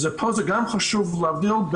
פה גם חשוב להבדיל,